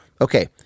Okay